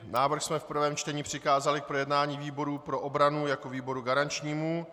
Návrh jsme v prvém čtení přikázali k projednání výboru pro obranu jako výboru garančnímu.